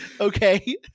okay